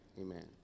Amen